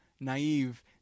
naive